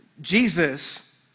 Jesus